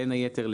בין היתר,